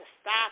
stop